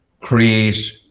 create